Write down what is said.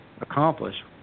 accomplish